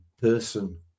person